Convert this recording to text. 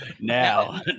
Now